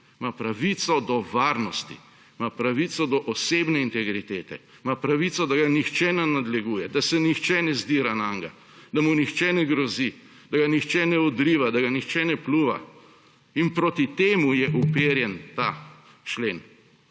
ima pravico do varnosti, ima pravico do osebne integritete, ima pravico, da ga nihče ne nadleguje, da se nihče ne zdira nanj, da mu nihče ne grozi, da ga nihče ne odriva, da ga nihče ne pljuva. In proti temu je uperjen ta člen!